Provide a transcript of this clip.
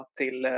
till